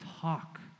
talk